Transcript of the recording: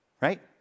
Right